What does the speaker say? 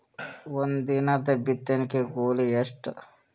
ಒಂದಿನದ ಬಿತ್ತಣಕಿ ಕೂಲಿ ಎಷ್ಟ?